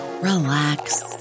relax